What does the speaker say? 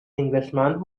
englishman